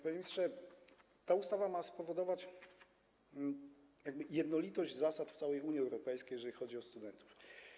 Panie ministrze, ta ustawa ma spowodować jakby jednolitość zasad w całej Unii Europejskiej, jeżeli chodzi o studentów.